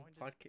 podcast